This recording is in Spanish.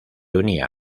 unía